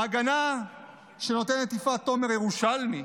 ההגנה שנותנת יפעת תומר-ירושלמי